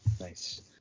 Nice